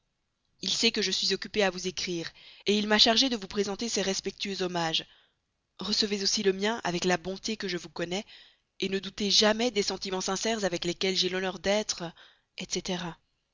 il sait que je suis occupée à vous écrire il m'a chargée de vous présenter ses respectueux hommages recevez aussi le mien avec la bonté que je vous connais et ne doutez jamais des sentiments sincères avec lesquels j'ai l'honneur d'être etc